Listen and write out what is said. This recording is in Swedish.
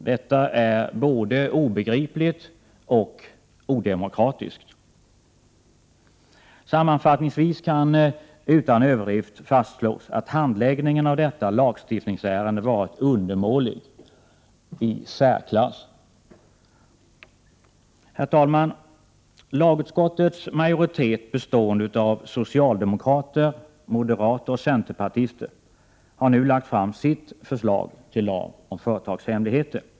Det är både obegripligt och odemokratiskt. Sammanfattningsvis kan utan överdrift fastslås att handläggningen av detta lagstiftningsärende har varit undermålig i särklass. Fru talman! Lagutskottets majoritet bestående av socialdemokrater, moderater och centerpartister har nu lagt fram sitt förslag till lag om företagshemligheter.